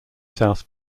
south